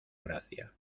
gracia